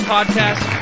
Podcast